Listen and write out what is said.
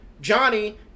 Johnny